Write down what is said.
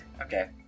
Okay